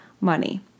money